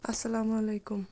اَسَلامُ علیکُم